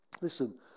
Listen